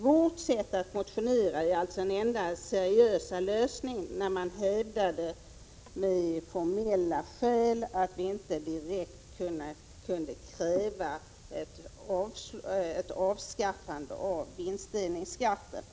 Vårt sätt att motionera är alltså den enda seriösa lösningen när det hävdas att man av formella skäl inte direkt kan kräva ett avskaffande av vinstdelningsskatten.